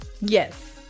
Yes